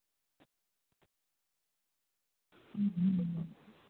ᱦᱩᱸ